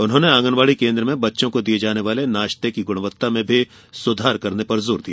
उन्होंने आंगनबाड़ी केन्द्र में बच्चों को दिये जाने वाले नाश्ते की गुणवत्ता में भी सुधार करने पर जोर दिया